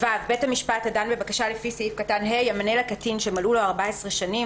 "(ו)בית המשפט הדן בבקשה לפי סעיף קטן (ה) ימנה לקטין שמלאו לו 14 שנים